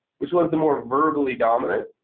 which was the more verbally dominant?